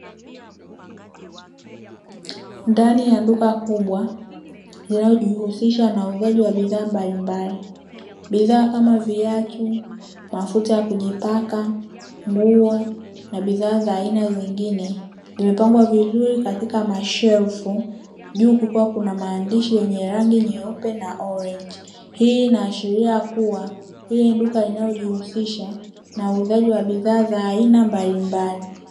Ndani ya duka kubwa linalojihusisha na uuzaji wa bidhaa mbalimbali. Bidhaa kama viatu, mafuta ya kujipaka, nguo, na bidhaa za aina zingine; zimepangwa vizuri katika mashelfu juu kukuwa kuna maandishi yenye rangi nyeupe na orange. Hii inaashiria kuwa hili ni duka linalojihusisha na uuzaji wa bidhaa za aina mbalimbali.